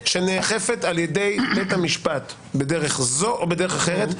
שנאכפת על ידי בית המשפט בדרך זו או בדרך אחרת,